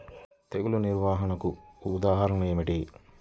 తెగులు నిర్వహణకు ఉదాహరణలు ఏమిటి?